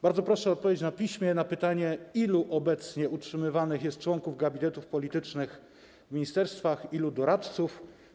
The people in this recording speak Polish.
Bardzo proszę o odpowiedź na piśmie na pytanie: Ilu obecnie utrzymywanych jest członków gabinetów politycznych w ministerstwach i ilu doradców?